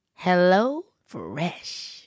HelloFresh